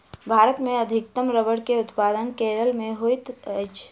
भारत मे अधिकतम रबड़ के उत्पादन केरल मे होइत अछि